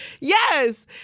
Yes